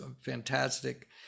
fantastic